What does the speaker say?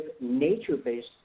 nature-based